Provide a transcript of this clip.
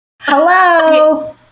Hello